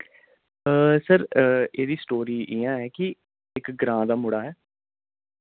sir एह्दी story इ'यां है कि इक ग्रां दा मुड़ा ऐ